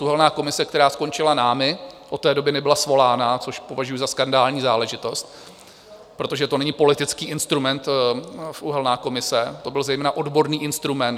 Uhelná komise, která skončila námi, od té doby nebyla svolána, což považuji za skandální záležitost, protože to není politický instrument, uhelná komise, to byl zejména odborný instrument.